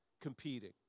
competing